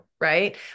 right